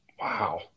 Wow